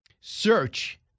search